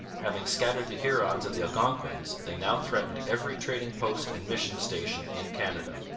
having scattered the hurons and the algonquins, they now threatened every trading-post and mission station in canada.